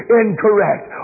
incorrect